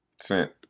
sent